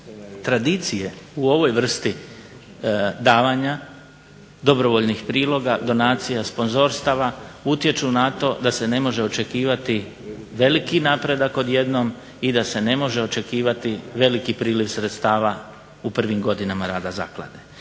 tradicije u ovoj vrsti davanja dobrovoljnih priloga, donacija, sponzorstava utječu na to da se ne može očekivati veliki napredak odjednom i da se ne može očekivati veliki priliv sredstava u prvim godinama rada zaklade.